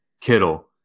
Kittle